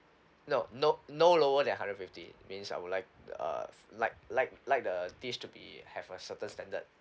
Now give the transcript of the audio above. no no no lower than hundred fifty means I would like uh like like like the dish to be have a certain standard